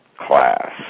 class